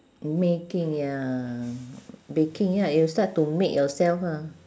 making ya baking ya you start to make yourself ah